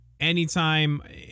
Anytime